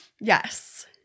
Yes